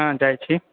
हँ जाइ छी